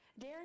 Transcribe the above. Darren